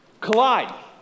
collide